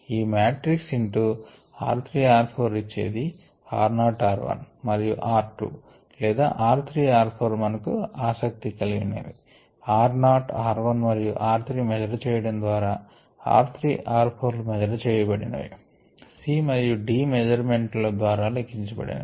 ఈ matrix into r 3 r 4 ఇచ్చేది r naught r 1 మరియు r 2 లేదా r 3 r 4 మనకు ఆసక్తి గలవి r నాట్ r 1 మరియు r 2 మెజర్ చేయడం ద్వారా r 3 r 4 లు మెజర్ చేయబడినవి C మరియు D మెజర్ మెంట్ల ద్వారా లెక్కించ బడినవి